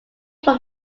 from